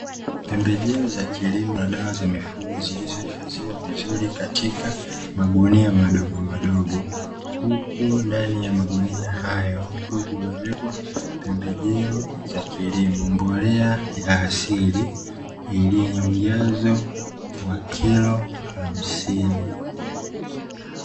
Pembejeo za kilimo na dawa za mifugo zilizohifadhiwa vizuri katika maguni madogo madogo, huku ndani ya magunia hayo kukiwa kumewekwa pembejeo za kilimo , mbolea ya asili iliyo na ujazo wa kilo hamsini